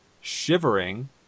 shivering